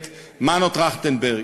את מנו טרכטנברג,